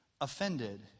offended